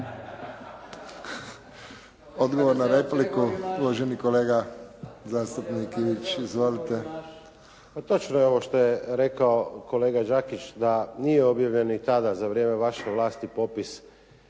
Odgovor na repliku uvaženi kolega zastupnik Ivić. Izvolite. **Ivić, Tomislav (HDZ)** Pa točno je ovo što je rekao kolega Đakić da nije objavljen ni tada za vrijeme vaše vlasti popis